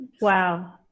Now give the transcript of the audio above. Wow